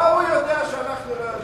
מה הוא יודע שאנחנו לא יודעים?